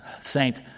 saint